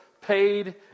paid